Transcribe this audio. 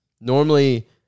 Normally